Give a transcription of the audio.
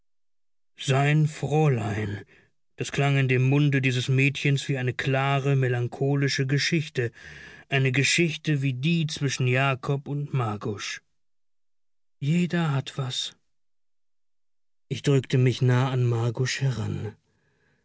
sein fräulein das klang in dem munde dieses mädchens wie eine klare melancholische geschichte eine geschichte wie die zwischen jakob und margusch jeder hat was ich drückte mich nah an margusch heran